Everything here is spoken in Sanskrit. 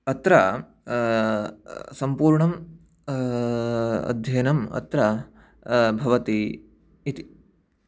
अत्र सम्पूर्णम् अध्ययनम् अत्र भवति इति